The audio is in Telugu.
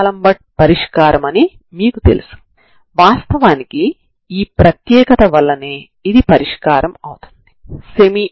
కాబట్టి ఇది మీ సమస్యకు రెండవ పరిష్కారం అవుతుంది సరేనా